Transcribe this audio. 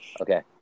Okay